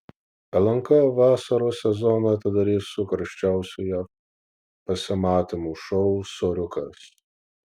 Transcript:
lnk vasaros sezoną atidarys su karščiausiu jav pasimatymų šou soriukas